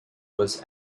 was